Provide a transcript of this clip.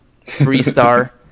Three-star